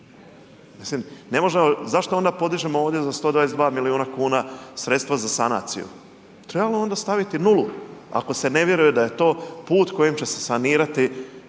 zašto onda podižemo ovdje za 122 milijuna kuna sredstva za sanaciju? Trebamo onda staviti nulu ako se ne vjeruje da je to put kojim će se sanirati